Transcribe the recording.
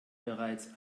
bereits